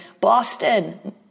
Boston